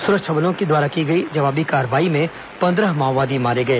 सुरक्षा बलों द्वारा की गई जवाबी कार्रवाई में पन्द्रह माओवादी मारे गए